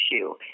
issue